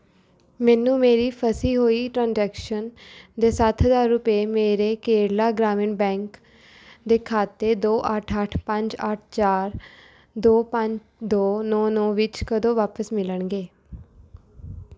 ਮੈਨੂੰ ਮੇਰੀ ਫਸੀ ਹੋਈ ਟ੍ਰਾਂਜੈਕਸ਼ਨ ਦੇ ਸੱਤ ਹਜ਼ਾਰ ਰੁਪਏ ਮੇਰੇ ਕੇਰਲਾ ਗ੍ਰਾਮੀਣ ਬੈਂਕ ਦੇ ਖਾਤੇ ਦੋ ਅੱਠ ਅੱਠ ਪੰਜ ਅੱਠ ਚਾਰ ਦੋ ਪੰਜ ਦੋ ਨੌਂ ਨੌਂ ਵਿੱਚ ਕਦੋਂ ਵਾਪਿਸ ਮਿਲਣਗੇ